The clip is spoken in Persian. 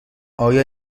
آیا